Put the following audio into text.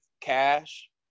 cash